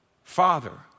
Father